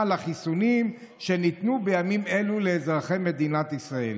לחיסונים שניתנו בימים אלה לאזרחי מדינת ישראל.